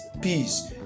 peace